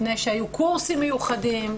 לפני שהיו קורסים מיוחדים,